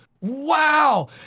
Wow